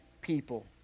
people